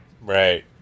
Right